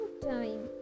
time